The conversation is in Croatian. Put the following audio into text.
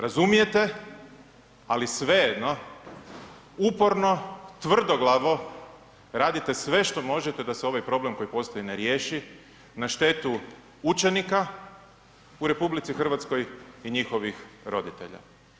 Razumijete, ali svejedno uporno tvrdoglavo radite sve što možete da se ovaj problem koji postoji ne riješi na štetu učenika u RH i njihovih roditelja.